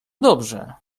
dobrze